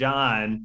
John